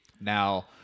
Now